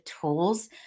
tools